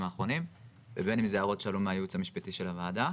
האחרונים ובין אם זה הערות שעלו מהייעוץ המשפטי של הוועדה.